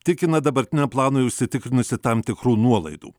tikina dabartiniam planui užsitikrinusi tam tikrų nuolaidų